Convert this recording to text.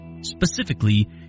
Specifically